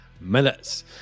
minutes